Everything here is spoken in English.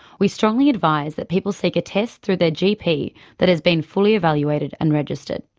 we strongly advise that people seek a test through their gp that has been fully evaluated and registered.